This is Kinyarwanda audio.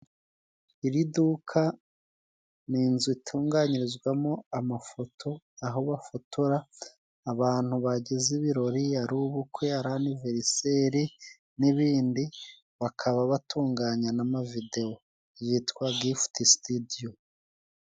Iri duka ni inzu itunganyirizwamo amafoto, aho bafotora abantu bagize ibirori, ari ubukwe ari aniveriseri n'ibindi, bakaba batunganya n'amavidewo. Yitwa gifuti stidiyo.